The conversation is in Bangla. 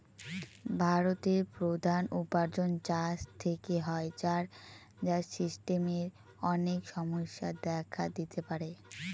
ভারতের প্রধান উপার্জন চাষ থেকে হয়, যার সিস্টেমের অনেক সমস্যা দেখা দিতে পারে